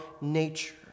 nature